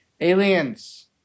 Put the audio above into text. aliens